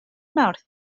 mawrth